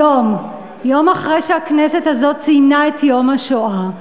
היום, יום אחרי שהכנסת הזאת ציינה את יום השואה,